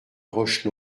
roche